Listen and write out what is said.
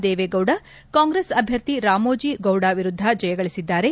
ದೇವೇಗೌಡ ಕಾಂಗ್ರೆಸ್ ಅಭ್ಯರ್ಥಿ ರಾಮೋಜಿ ಗೌಡ ವಿರುದ್ದ ಜಯಗಳಿಸಿದ್ದಾರೆ